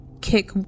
kick